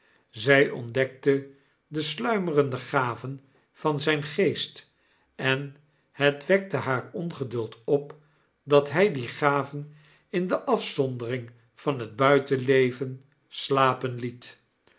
zij ontdekte de sluimerende gaven van zyn geest en het wekte haar ongeduld op dat by die gaven in de afzondering van het buitenleven slapen liet